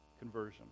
conversion